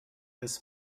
ist